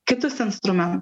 kitus instrumentus